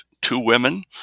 two-women